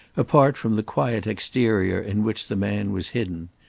apart from the quiet exterior in which the man was hidden.